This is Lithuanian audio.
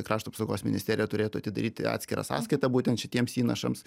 krašto apsaugos ministerija turėtų atidaryti atskirą sąskaitą būtent šitiems įnašams